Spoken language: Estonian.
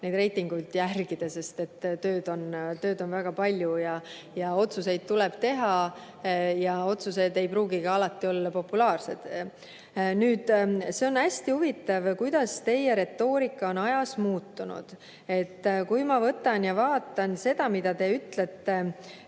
neid reitinguid jälgida, sest tööd on väga palju ja otsuseid tuleb teha ja otsused ei pruugi alati olla populaarsed. Nüüd, see on hästi huvitav, kuidas teie retoorika on ajas muutunud. Kui ma võtan ja vaatan seda, mida te ütlete